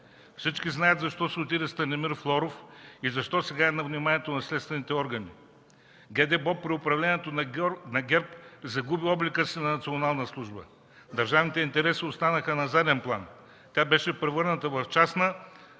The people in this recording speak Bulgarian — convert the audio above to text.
Всички знаят защо си отиде Станимир Флоров и защо сега е на вниманието на следствените органи! При управлението на ГЕРБ ГДБОП загуби облика си на национална служба, държавните интереси останаха на заден план. Тя беше превърната в частна,